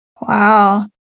Wow